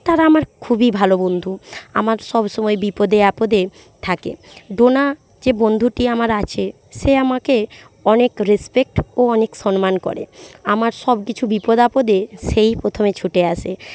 তারা আমার খুবই ভালো বন্ধু আমার সবসময় বিপদে আপদে থাকে ডোনা যে বন্ধুটি আমার আছে সে আমাকে অনেক রেসপেক্ট ও অনেক সম্মান করে আমার সব কিছু বিপদ আপদে সেই প্রথমে ছুটে আসে